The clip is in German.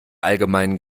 allgemeinen